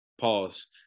pause